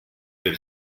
per